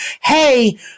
hey